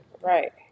Right